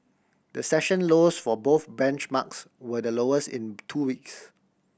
the session lows for both benchmarks were the lowest in two weeks